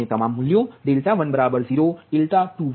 અને તમામ મૂલ્યો 1 0 21 1